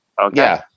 Okay